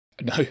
No